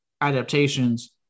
adaptations